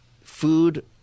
food